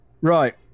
Right